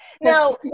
Now